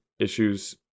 issues